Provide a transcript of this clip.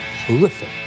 horrific